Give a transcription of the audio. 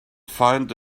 find